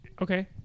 Okay